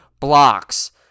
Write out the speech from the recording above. blocks